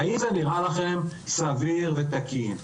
האם זה נראה לכם סביר ותקין?